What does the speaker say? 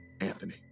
Anthony